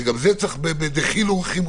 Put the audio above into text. שגם זה יש לעשות בדחילו ורחימו.